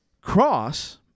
cross